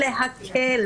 וזה יכל להיות הקול שלך.